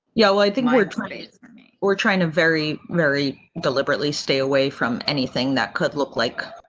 yeah, well, i think we're trying we're trying to very, very deliberately stay away from anything that could look like